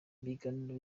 ibiganiro